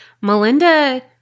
Melinda